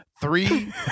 three